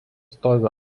stovi